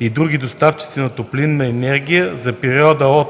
и другите доставчици на топлинна енергия за периода 1